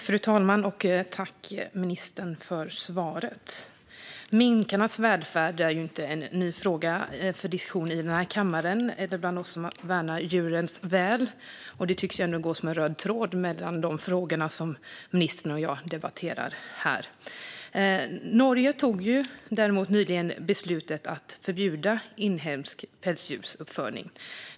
Fru talman! Tack, ministern, för svaret! Minkarnas välfärd är inte en ny fråga för diskussion i den här kammaren eller bland oss som värnar djurens väl. Det tycks gå som en röd tråd mellan de frågor som ministern och jag debatterar här. Norge fattade nyligen beslutet att förbjuda inhemsk pälsdjursuppfödning.